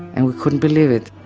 and we couldn't believe it